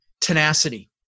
tenacity